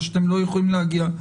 אבל שאתם לא יכולים להגיע,